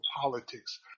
politics